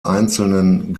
einzelnen